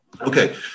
Okay